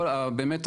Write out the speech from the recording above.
באמת,